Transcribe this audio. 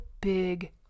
big